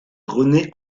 rené